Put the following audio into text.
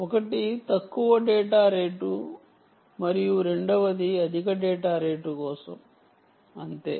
1 తక్కువ data rate మరియు రెండవది అధిక డేటా రేటు కోసం అంతే